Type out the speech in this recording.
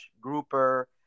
grouper